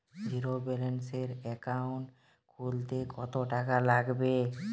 জিরোব্যেলেন্সের একাউন্ট খুলতে কত টাকা লাগবে?